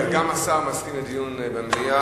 גם השר מסכים לדיון במליאה.